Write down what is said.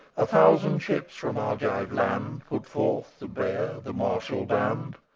a thousand ships from argive land put forth to bear the martial band,